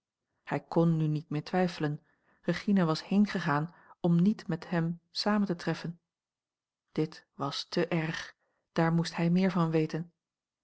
hij kon nu niet meer twijfelen regina was heengegaan om niet met hem samen te treffen dit was te erg daar moest hij meer van weten